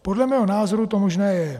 Podle mého názoru to možné je.